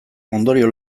ondorio